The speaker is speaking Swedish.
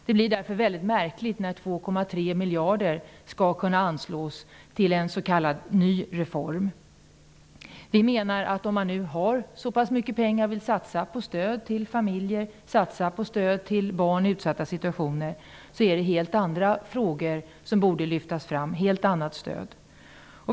Det blir därför väldigt märkligt när 3,7 miljarder skall kunna anslås till en s.k. ny reform. Vi menar att om man nu har så pass mycket pengar och vill satsa på stöd till familjerna och stöd till barn i utsatta situationer, är det helt andra frågor som borde lyftas fram, ett helt annat stöd.